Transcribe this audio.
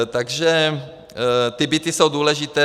Takže ty byty jsou důležité.